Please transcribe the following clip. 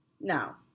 Now